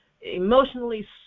emotionally